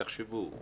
תחשבו,